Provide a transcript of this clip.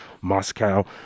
Moscow